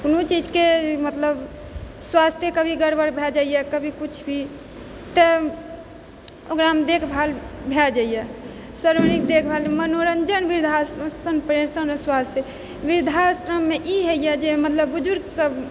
कोनो चीजके मतलब स्वास्थ्ये कभी गड़बड़ भए जाइए कभी कुछ भी तऽ ओकरामे देखभाल भए जाइए सर्वाङ्गिण देखभाल मनोरञ्जन वृद्धाश्रम पेंशन स्वास्थ्य वृद्धाश्रममे ई होइए जे मतलब बुजुर्ग सब